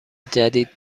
جدید